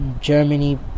Germany